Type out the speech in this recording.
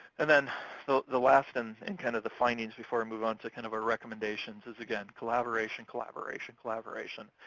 and then so the last and in kind of the findings before we move on to kind of our recommendations is, again, collaboration, collaboration, collaboration.